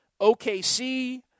OKC